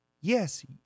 yes